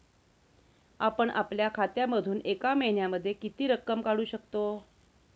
आपण आपल्या खात्यामधून एका महिन्यामधे किती रक्कम काढू शकतो?